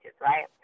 right